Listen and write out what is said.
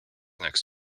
next